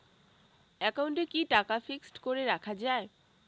একাউন্টে কি টাকা ফিক্সড করে রাখা যায়?